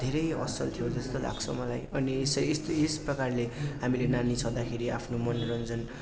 धेरै असल थियो जस्तो लाग्छ मलाई अनि यसै यस्तै यसप्रकारले हामीले नानी छँदाखेरि आफ्नो मनोरञ्जन